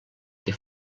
que